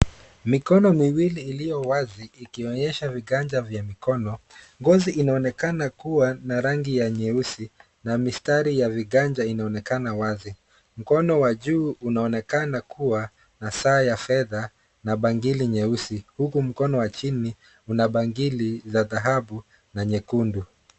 Mikono miwili iliyo wazi ikionyesha viganja vya mikono. Ngozi inaonekana kua na rangi ya nyeusi, na mistari ya viganja inaonekana wazi. Mkono wa juu unaonekana kua na saa ya fedha na bangili nyeusi, huku mkono wa chini una bangili za dhahabu na nyekundu.